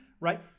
right